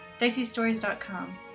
DiceyStories.com